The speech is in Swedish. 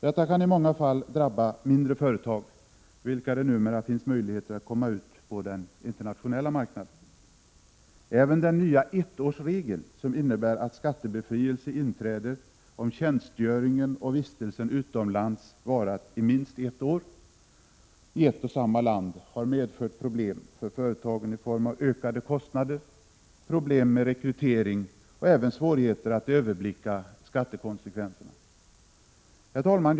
Detta kan i många fall drabba mindre företag för vilka det numera finns möjligheter att komma ut på den internationella marknaden. Även den nya ettårsregeln, som innebär att skattebefrielse inträder om tjänstgöringen och vistelsen utomlands varat i minst ett år i ett och samma land, har medfört problem för företagen i form av ökade kostnader, problem med rekrytering och även svårigheter att överblicka skattekonsekvenserna. Herr talman!